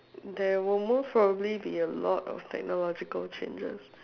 there will most probably be a lot of technological changes